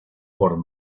por